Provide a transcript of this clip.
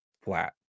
flat